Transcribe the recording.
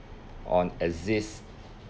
on exist